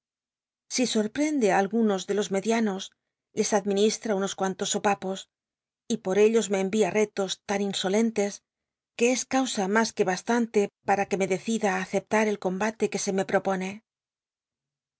si sorprende i algunos de los medianos les administra unos cuantos sopa pos y por ellos me clwia retos tan insolentes que es causa mas que bastante pam que me decida i acepta el combate que se me propone